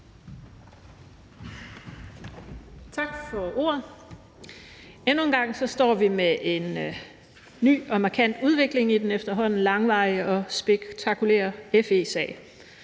Tak for ordet. Endnu en gang står vi med en ny og markant udvikling i den efterhånden langvarige og spektakulære FE-sag.